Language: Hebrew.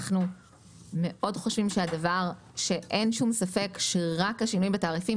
אנחנו מאוד חושבים שאין שום ספק שרק השינוי בתעריפים